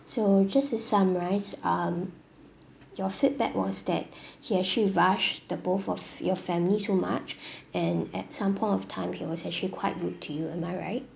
so just to summarise um your feedback was that he actually rushed the both of your family too much and at some point of time he was actually quite rude to you am I right